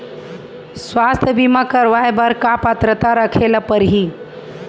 स्वास्थ्य बीमा करवाय बर का पात्रता रखे ल परही?